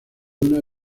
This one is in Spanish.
una